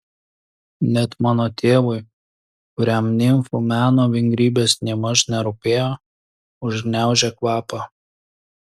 net mano tėvui kuriam nimfų meno vingrybės nėmaž nerūpėjo užgniaužė kvapą